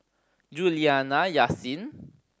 Juliana Yasin